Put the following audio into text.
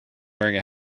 wearing